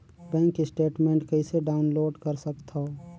Bank statement कइसे download कर सकथव?